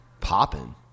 popping